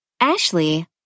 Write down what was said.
Ashley